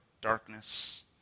darkness